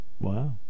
Wow